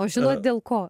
o žinot dėl ko